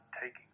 taking